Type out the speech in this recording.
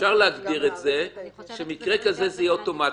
אפשר להגדיר את זה שמקרה כזה יהיה אוטומטית.